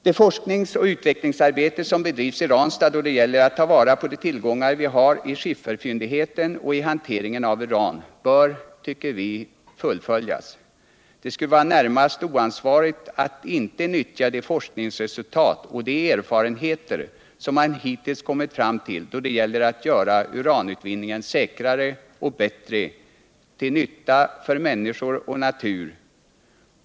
Det forsknings och utvecklingsarbete som bedrivs i Ranstad då det gäller att ta vara på de tillgångar vi har i våra skitfferfyndigheter och it hanteringen av uran bör enligt vår uppfattning fullföljas. Det skulle vara närmast oansvarigt att inte nyttja de forskningsresultat och de erfarenheter som man hittills kommit fram till då det gäller au göra uranutvinningen säkrare och bättre till nytta för människor och natur.